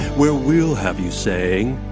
where we'll have you saying,